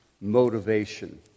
motivation